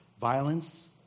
violence